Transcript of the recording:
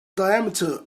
diameter